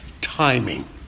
timing